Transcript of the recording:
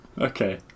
okay